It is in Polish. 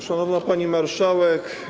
Szanowna Pani Marszałek!